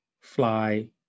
fly